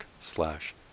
slash